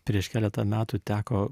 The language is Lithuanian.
prieš keletą metų teko